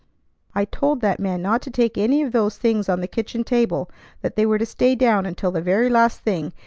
i told that man not to take any of those things on the kitchen-table, that they were to stay down until the very last thing,